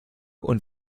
und